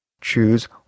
choose